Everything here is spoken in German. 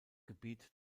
gebiet